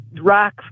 rock